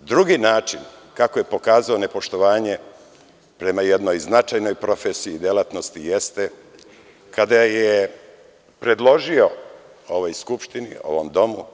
Drugi način kako je pokazao nepoštovanje prema jednoj značajnoj profesiji i delatnosti jeste kada je predložio ovoj Skupštini, ovom domu